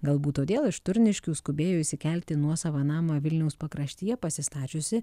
galbūt todėl iš turniškių skubėjo išsikelt į nuosavą namą vilniaus pakraštyje pasistačiusi